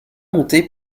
montée